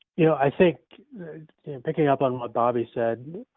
you know, i think in picking up on what bobby said,